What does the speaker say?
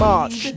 March